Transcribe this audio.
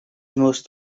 most